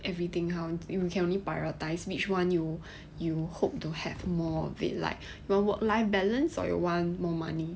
everything counts you can only prioritise which [one] you you hope to have more of it like you want work life balance or you want more money